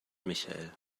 michael